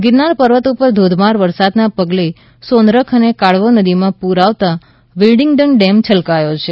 ગિરનાર પર્વત ઉપર ધોધમાર વરસાદને પગલે સોનરખ અને કાળવો નદીમાં પૂર આવતા વિલિંગડન ડેમ છલકાયો છે